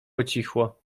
ucichło